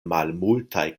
malmultaj